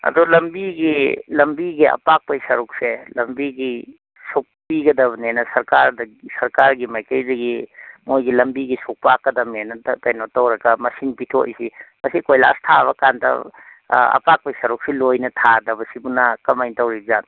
ꯑꯗꯣ ꯂꯝꯕꯤꯒꯤ ꯂꯝꯕꯤꯒꯤ ꯑꯄꯥꯛꯄꯒꯤ ꯁꯔꯨꯛꯁꯦ ꯂꯝꯕꯤꯒꯤ ꯁꯨꯛ ꯄꯤꯒꯗꯕꯅꯦꯕ ꯁꯔꯀꯥꯔꯒꯤ ꯃꯥꯏꯀꯩꯗꯒꯤ ꯃꯣꯏꯒꯤ ꯂꯃꯕꯤꯁꯤ ꯁꯨꯛ ꯄꯥꯛꯀꯗꯝꯃꯦꯅ ꯀꯩꯅꯣ ꯇꯧꯔꯒ ꯃꯁꯤꯡ ꯄꯤꯊꯣꯛꯏꯁꯤ ꯃꯁꯤ ꯀꯣꯏꯂꯥꯁ ꯊꯥꯕ ꯀꯥꯟꯗ ꯑꯄꯥꯛꯄꯒꯤ ꯁꯔꯨꯛꯁꯤ ꯂꯣꯏꯅ ꯊꯥꯗꯕꯁꯤꯕꯨꯅ ꯀꯃꯥꯏꯅ ꯇꯧꯔꯤꯖꯥꯠꯅꯣ